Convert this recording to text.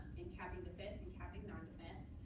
in capping defense and capping non-defense.